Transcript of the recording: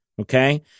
Okay